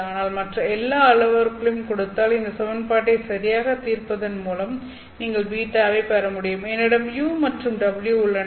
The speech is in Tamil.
ஆனால் மற்ற எல்லா அளவுருக்களையும் கொடுத்தால் இந்த சமன்பாட்டை சரியாக தீர்ப்பதன் மூலமும் நீங்கள் β வைப் பெற முடியும் என்னிடம் u மற்றும் w உள்ளன